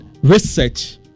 Research